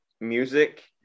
music